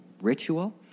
ritual